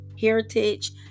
heritage